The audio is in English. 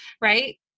right